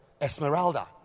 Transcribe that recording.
Esmeralda